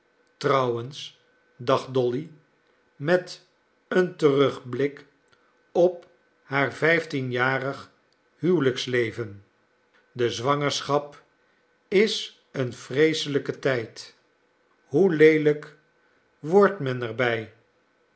trouwens dacht dolly met een terugblik op haar vijftienjarig huwelijksleven de zwangerschap is een vreeselijke tijd hoe leelijk wordt men er bij